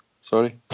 sorry